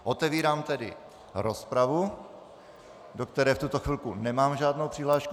Otevírám tedy rozpravu, do které v tuto chvilku nemám žádnou přihlášku.